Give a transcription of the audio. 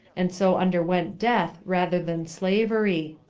and so underwent death rather than slavery